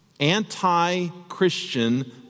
anti-Christian